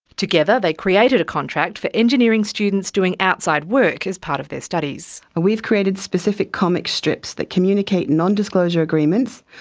together they created a contract for engineering students doing outside work as part of their studies. we've created specific comic strips that communicate nondisclosure agreements,